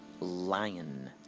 Lion